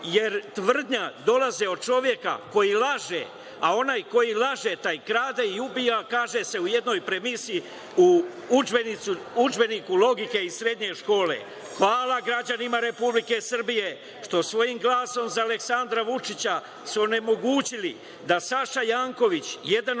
jer tvrdnja dolazi od čoveka koji laže, a onaj koji laže taj i krade i ubija, kaže se u jednoj premisi u udžbeniku logike iz srednje škole. Hvala građanima Republike Srbije što su svojim glasom za Aleksandra Vučića onemogućili da Saša Janković, jedan